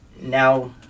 Now